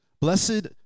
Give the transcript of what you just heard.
Blessed